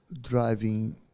driving